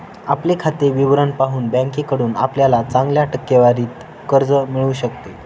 आपले खाते विवरण पाहून बँकेकडून आपल्याला चांगल्या टक्केवारीत कर्ज मिळू शकते